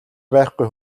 байхгүй